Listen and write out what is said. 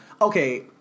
okay